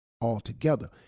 altogether